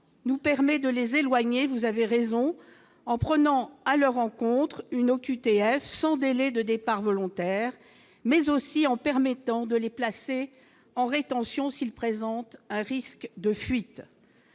nous permet de les éloigner, vous avez raison, en prenant à leur encontre une OQTF sans délai de départs volontaires, mais aussi en permettant de les placer en rétention s'ils présentent un risque de fuite.